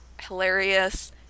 hilarious